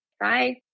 Bye